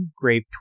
Grave